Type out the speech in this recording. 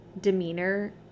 demeanor